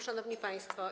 Szanowni Państwo!